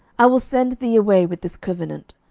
i will send thee away with this covenant.